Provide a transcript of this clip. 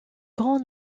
grand